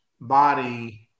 body